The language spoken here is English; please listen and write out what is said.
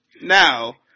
Now